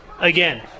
again